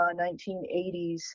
1980s